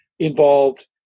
Involved